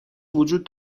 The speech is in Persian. وجود